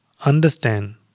understand